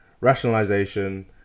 rationalization